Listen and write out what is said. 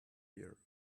here